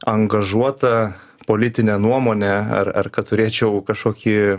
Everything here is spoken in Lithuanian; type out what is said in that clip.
angažuotą politinę nuomonę ar ar kad turėčiau kažkokį